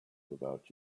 without